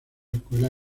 escuela